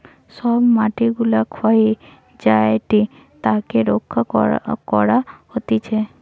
সব মাটি গুলা ক্ষয়ে যায়েটে তাকে রক্ষা করা হতিছে